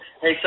Hey